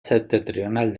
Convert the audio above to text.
septentrional